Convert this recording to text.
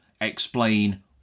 explain